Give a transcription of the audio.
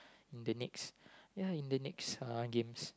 in the next ya in the next uh games